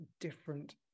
different